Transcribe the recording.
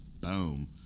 boom